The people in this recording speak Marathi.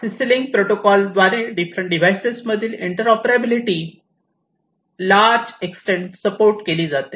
CC लिंक प्रोटोकॉल द्वारे डिफरंट डिव्हाइसेस मधील इंटरोपरेबिलिटी लार्जे एक्सटेन्ड सपोर्ट केली जाते